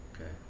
Okay